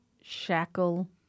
shackle